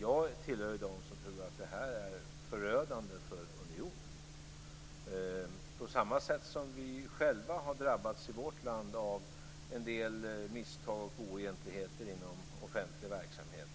Jag tillhör dem som tror att det här är förödande för unionen, på samma sätt som vi själva i vårt land har drabbats av en del misstag och oegentligheter inom offentlig verksamhet.